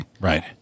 Right